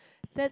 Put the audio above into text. that